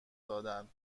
دادن